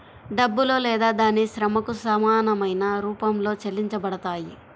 డబ్బులో లేదా దాని శ్రమకు సమానమైన రూపంలో చెల్లించబడతాయి